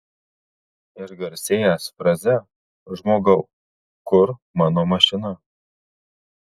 išgarsėjęs fraze žmogau kur mano mašina